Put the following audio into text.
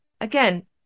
Again